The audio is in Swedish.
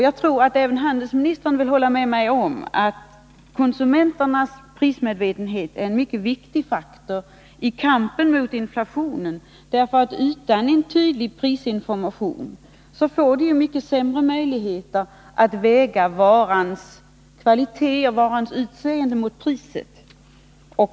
Jag tror att även handelsministern vill hålla med mig om att konsumenternas prismedvetenhet är en mycket viktig faktor i kampen mot inflationen. Utan en tydlig prisinformation får konsumenterna mycket sämre möjligheter att väga varans kvalitet och utseende mot priset.